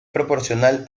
proporcional